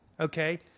Okay